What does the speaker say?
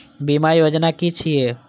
बीमा योजना कि छिऐ?